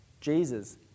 Jesus